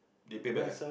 they pay back ah